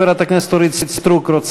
חברת הכנסת אורית סטרוק,